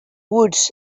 woods